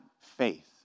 faith